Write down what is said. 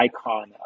icon